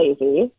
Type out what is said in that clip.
lazy